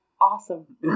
awesome